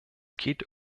geht